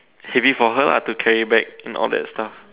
heavy for her lah to carry back and all that stuff